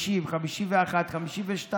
1950, 1951, 1952,